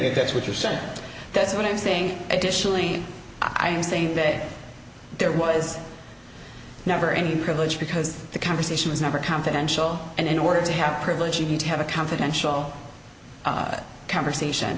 if that's what you're saying that's what i'm saying additionally i am saying that there was never any privilege because the conversation was never confidential and in order to have privilege you need to have a confidential conversation